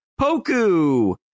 Poku